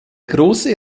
grosse